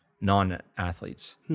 non-athletes